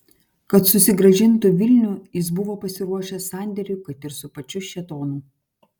kad susigrąžintų vilnių jis buvo pasiruošęs sandėriui kad ir su pačiu šėtonu